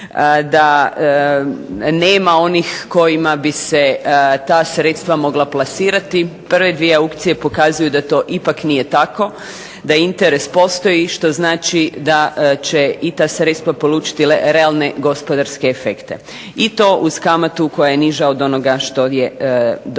da nema onih kojima bi se ta sredstva mogla plasirati. Prve 2 aukcije pokazuju da to ipak nije tako, da interes postoji. Što znači da će i ta sredstva polučiti realne gospodarske efekte. I to uz kamatu koja je niža od onoga što je dosada